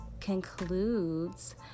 concludes